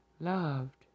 loved